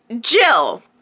Jill